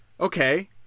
okay